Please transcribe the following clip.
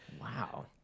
wow